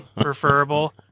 preferable